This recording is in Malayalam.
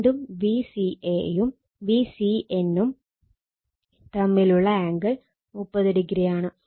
വീണ്ടും Vca യും Vcn നും തമ്മിലുള്ള ആംഗിൾ 30o ആണ്